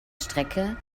strecke